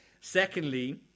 Secondly